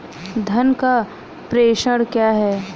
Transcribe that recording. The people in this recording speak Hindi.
धन का प्रेषण क्या है?